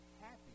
happy